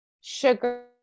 Sugar